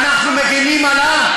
אנחנו מגינים על העם.